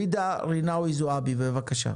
ג'ידא רינאוי זועבי בבקשה.